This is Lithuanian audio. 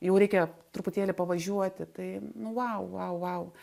jau reikia truputėlį pavažiuoti tai nu vau vau vau